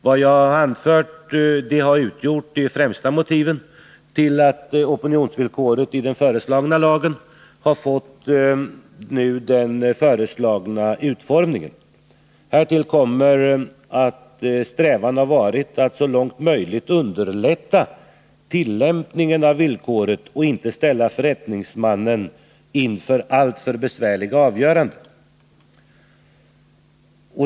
Det jag anfört har utgjort de främsta motiven till att opinionsvillkoret i den föreslagna lagen har fått denna utformning. Härtill kommer att strävan har varit att så långt möjligt underlätta tillämpningen av villkoret och inte ställa förrättningsmannen inför alltför besvärliga avgöranden.